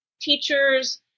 teachers